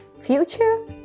future